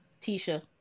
Tisha